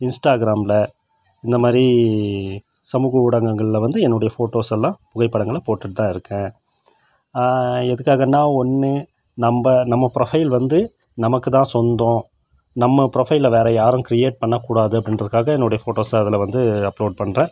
இன்ஸ்டாகிராமில் இந்த மாதிரி சமூக ஊடகங்களில் வந்து என்னுடைய ஃபோட்டோஸ் எல்லாம் புகைப்படங்கள்லாம் போட்டுகிட்டுதான் இருக்கேன் எதுக்காகன்னா ஒன்று நம்ம நம்ம புரொஃபைல் வந்து நமக்குதான் சொந்தம் நம்ம புரொஃபைலை வேற யாரும் கிரியேட் பண்ணக்கூடாது அப்படின்றதுக்காக என்னுடைய ஃபோட்டோஸை அதில் வந்து அப்லோட் பண்ணுறேன்